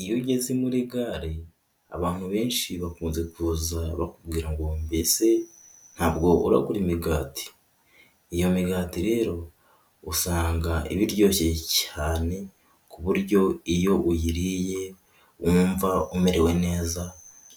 Iyo ugeze muri gare, abantu benshi bakunze kuza bakubwira ngo mbese ntabwo uragura imigati? Iyo migati rero, usanga iba iryoshye cyane ku buryo iyo uyiriye wumva umerewe neza